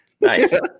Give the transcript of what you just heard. Nice